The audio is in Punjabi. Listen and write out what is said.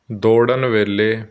ਦੌੜਨ ਵੇਲੇ